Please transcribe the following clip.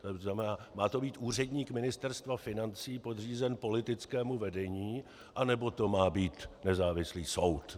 To znamená, má to být úředník Ministerstva financí podřízený politickému vedení, anebo to má být nezávislý soud?